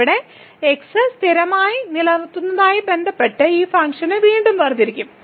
ഇപ്പോൾ x സ്ഥിരമായി നിലനിർത്തുന്നതുമായി ബന്ധപ്പെട്ട് ഈ ഫംഗ്ഷനെ വീണ്ടും വേർതിരിക്കും